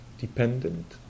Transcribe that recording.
dependent